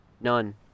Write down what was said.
None